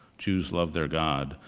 jews love their god,